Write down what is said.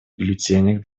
бюллетенях